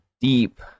deep